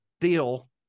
deal